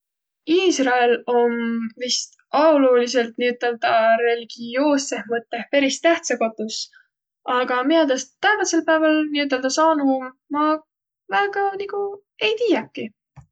Iisrael om vist aoluulidsõlt niiüteldäq religioossõh mõttõh peris tähtsä kotus, aga miä taast täämbädsel pääväl niiüteldä saanuq om, ma väega nigu ei tiiäki.